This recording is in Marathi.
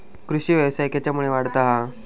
कृषीव्यवसाय खेच्यामुळे वाढता हा?